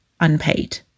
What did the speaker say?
unpaid